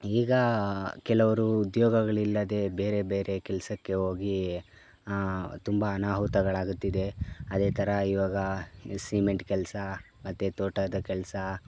ಈಗ ಕೆಲವರು ಉದ್ಯೋಗಗಳಿಲ್ಲದೇ ಬೇರೆ ಬೇರೆ ಕೆಲಸಕ್ಕೆ ಹೋಗಿ ತುಂಬ ಅನಾಹುತಗಳಾಗುತ್ತಿದೆ ಅದೇ ಥರ ಇವಾಗ ಸಿಮೆಂಟ್ ಕೆಲಸ ಮತ್ತು ತೋಟದ ಕೆಲಸ